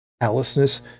callousness